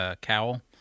cowl